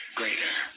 greater